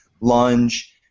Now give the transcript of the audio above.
lunge